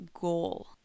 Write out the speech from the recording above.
goal